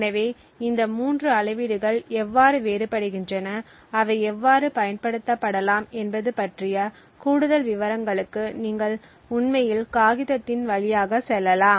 எனவே இந்த மூன்று அளவீடுகள் எவ்வாறு வேறுபடுகின்றன அவை எவ்வாறு பயன்படுத்தப்படலாம் என்பது பற்றிய கூடுதல் விவரங்களுக்கு நீங்கள் உண்மையில் காகிதத்தின் வழியாக செல்லலாம்